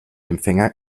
empfänger